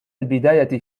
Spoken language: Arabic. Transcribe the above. البداية